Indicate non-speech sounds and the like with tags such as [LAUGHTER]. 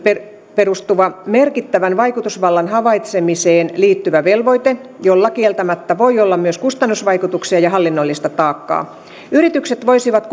perustuva merkittävän vaikutusvallan havaitsemiseen liittyvä velvoite jolla kieltämättä voi olla myös kustannusvaikutuksia ja hallinnollista taakkaa yritykset voisivat [UNINTELLIGIBLE]